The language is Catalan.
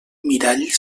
mirall